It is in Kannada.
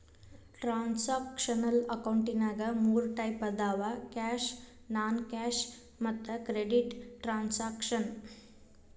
ಟ್ರಾನ್ಸಾಕ್ಷನಲ್ ಅಕೌಂಟಿನ್ಯಾಗ ಮೂರ್ ಟೈಪ್ ಅದಾವ ಕ್ಯಾಶ್ ನಾನ್ ಕ್ಯಾಶ್ ಮತ್ತ ಕ್ರೆಡಿಟ್ ಟ್ರಾನ್ಸಾಕ್ಷನ